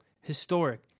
historic